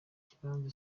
kibanza